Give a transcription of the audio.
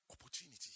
opportunity